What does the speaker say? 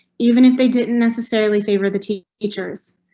even if they didn't necessarily favor the teachers,